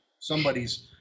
somebody's